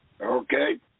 Okay